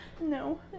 No